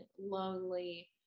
lonely